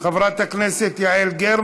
חברת הכנסת עליזה לביא, חברת הכנסת יעל גרמן,